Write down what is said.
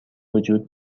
وجود